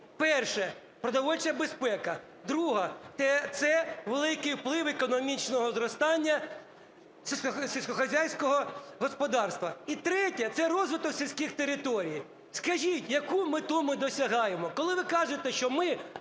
перше - продовольча безпека, друге – це великий вплив економічного зростання сільськогосподарського господарства, і третє – це розвиток сільських територій. Скажіть, якої мети ми досягаємо? Коли ви кажете, що ми